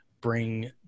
bring